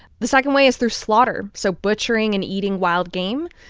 the second way is through slaughter, so butchering and eating wild game.